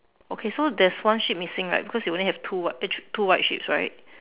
okay so there's one sheep missing right because you only have two [what] two white sheeps right